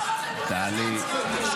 טלי,